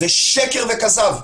זה שקר וכזב.